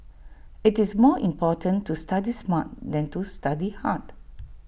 IT is more important to study smart than to study hard